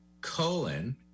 colon